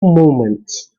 moments